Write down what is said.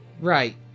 Right